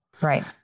Right